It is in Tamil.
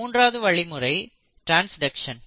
மூன்றாவது வழிமுறை ட்ரான்ஸ்டக்ட்ஷன்